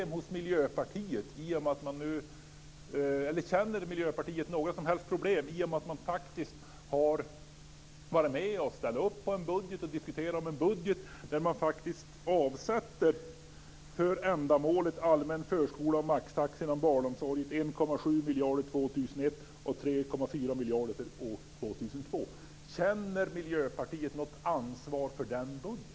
Miljöpartiet har faktiskt varit med om att diskutera och ställa sig bakom en budget där man avsätter för ändamålet Allmän förskola och maxtaxa inom barnomsorg 1,7 miljarder år 2001 och 3,4 miljarder år 2002. Känner Miljöpartiet något ansvar för den budgeten?